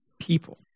people